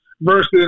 versus